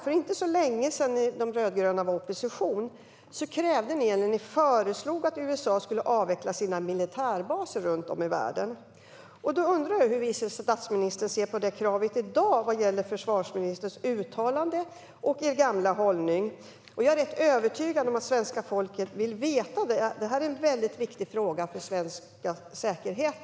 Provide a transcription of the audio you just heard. För inte så länge sedan, när ni i de rödgröna var i opposition, krävde ni, eller kanske snarare föreslog, att USA skulle avveckla sina militärbaser runt om i världen. Jag undrar hur vice statsministern ser på det kravet i dag mot bakgrund av försvarsministerns uttalande och er gamla hållning. Jag är rätt övertygad om att svenska folket vill veta det. Det här är en väldigt viktig fråga för svensk säkerhet.